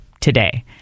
today